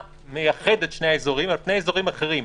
מייחד את שני האזורים על פני אזורים אחרים.